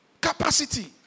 Capacity